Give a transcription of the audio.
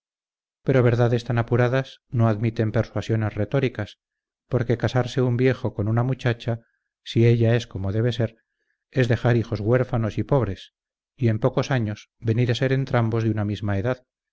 pero verdades tan apuradas no admiten persuasiones retóricas porque casarse un viejo con una muchacha si ella es como debe ser es dejar hijos huérfanos y pobres y en pocos años venir a ser entrambos de una misma edad